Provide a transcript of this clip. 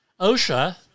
OSHA